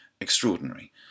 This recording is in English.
extraordinary